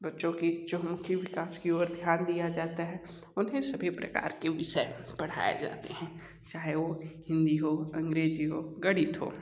बच्चों की जो मुख्य विकास की ओर ध्यान दिया जाता हैं उन्हें सभी प्रकार के विषय पढाएं जाते हैं चाहे वो हिंदी हो अंग्रेजी हो गणित हो